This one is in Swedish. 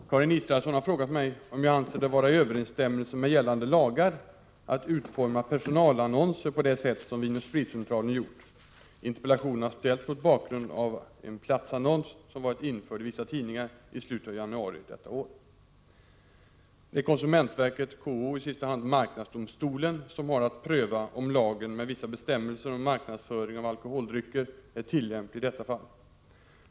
Herr talman! Karin Israelsson har frågat mig om jag anser det vara i överensstämmelse med gällande lagar att utforma personalannonser på det sätt som Vin & Spritcentralen gjort. Interpellationen har ställts mot bakgrund av en platsannons, som varit införd i vissa tidningar i slutet av januari detta år. Det är konsumentverket/KO — och i sista hand marknadsdomstolen — som har att pröva om lagen med vissa bestämmelser om marknadsföring av alkoholdrycker är tillämplig i detta fall.